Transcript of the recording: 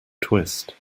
twist